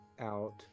out